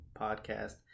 Podcast